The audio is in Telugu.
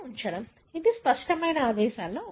అది స్పష్టమైన ఆదేశాలలో ఒకటి